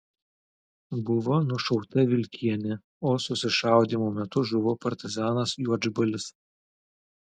buvo nušauta vilkienė o susišaudymo metu žuvo partizanas juodžbalis